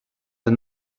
the